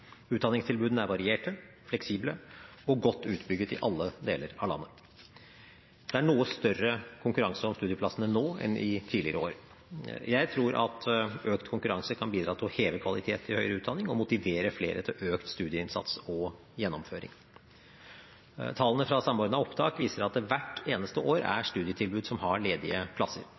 godt utbygget i alle deler av landet. Det er noe større konkurranse om studieplassene nå enn i tidligere år. Jeg tror økt konkurranse kan bidra til å heve kvaliteten i høyere utdanning og til å motivere flere til økt studieinnsats og gjennomføring. Tallene fra Samordna opptak viser at det hvert eneste år er studietilbud som har ledige plasser.